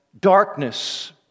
darkness